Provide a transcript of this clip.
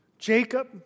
Jacob